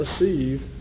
receive